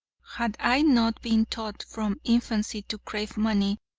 had i not been taught from infancy to crave money,